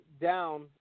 down